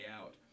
out